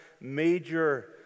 major